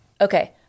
Okay